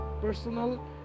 personal